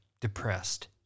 depressed